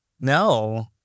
no